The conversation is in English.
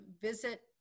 visit